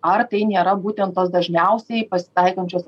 ar tai nėra būtent tos dažniausiai pasitaikančios